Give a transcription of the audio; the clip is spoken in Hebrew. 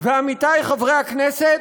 ועמיתי חברי הכנסת,